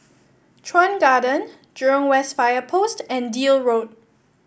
Chuan Garden Jurong West Fire Post and Deal Road